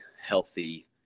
healthy